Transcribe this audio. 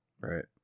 right